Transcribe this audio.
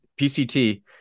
PCT